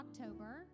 October